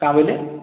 କାଁ ବୋଇଲେ